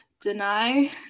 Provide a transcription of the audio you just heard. deny